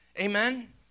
Amen